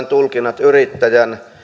tulkinnat yrittäjän